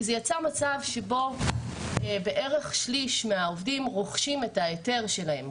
- שבו בערך שליש מהעובדים רוכשים את ההיתר שלהם,